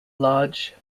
lodge